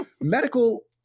medical